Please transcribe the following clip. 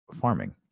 farming